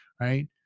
Right